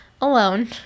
alone